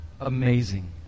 amazing